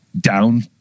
down